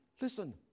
Listen